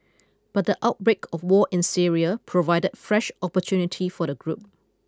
but the outbreak of war in Syria provided fresh opportunity for the group